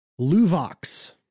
luvox